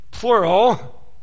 plural